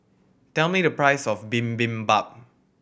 tell me the price of Bibimbap